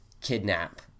kidnap